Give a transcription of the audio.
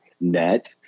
net